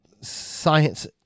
science